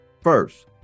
First